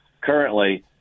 currently